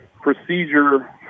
procedure